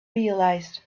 realized